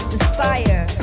Inspire